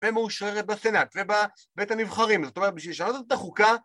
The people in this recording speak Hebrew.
ומאושרת בסנאט ובבית הנבחרים זאת אומרת בשביל לשנות את החוקה